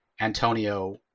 Antonio